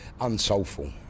unsoulful